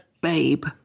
babe